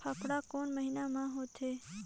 फाफण कोन महीना म होथे?